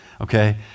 okay